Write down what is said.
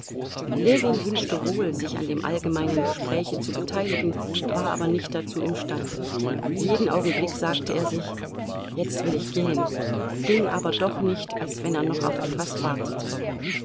ljewin wünschte wohl sich an dem allgemeinen gespräche zu beteiligen war aber nicht dazu imstande jeden augenblick sagte er sich jetzt will ich gehen ging aber doch nicht als wenn er noch auf etwas wartete